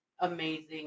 amazing